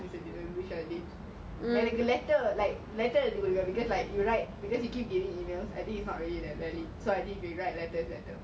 we shall edit என்னக்கு:ennaku letter you know like letter like letter will be good because you write you keep getting emails then I think if you write letter then